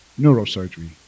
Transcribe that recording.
neurosurgery